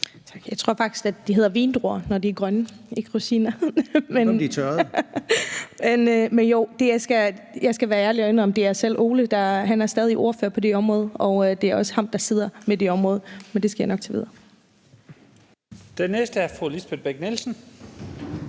Jeg tror faktisk, de hedder vindruer, når de er grønne, ikke rosiner. Men jeg skal være ærlig og indrømme, at det er Ole Birk Olesen. Han er stadig ordfører på det område, og det er også ham, der sidder med det område, men det skal jeg nok tage videre. Kl. 13:21 Første næstformand